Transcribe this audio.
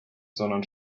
sondern